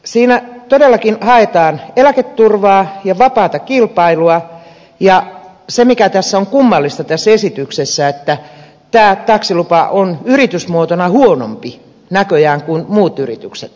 siinä todellakin haetaan eläketurvaa ja vapaata kilpailua ja se mikä tässä on kummallista tässä esityksessä on se että tämä taksilupa on yritysmuotona huonompi näköjään kuin muut yritykset